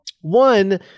one